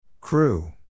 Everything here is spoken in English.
Crew